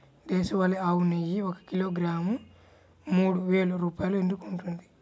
దేశవాళీ ఆవు నెయ్యి ఒక కిలోగ్రాము మూడు వేలు రూపాయలు ఎందుకు ఉంటుంది?